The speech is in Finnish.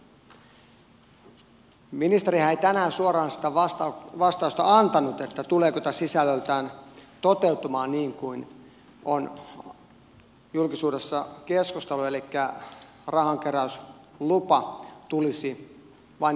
ministerihän ei tänään suoraan sitä vastausta antanut tuleeko tämä sisällöltään toteutumaan niin kuin on julkisuudessa keskusteltu elikkä rahankeräyslupa tulisi vain ilmoitusluontoiseksi toimenpiteeksi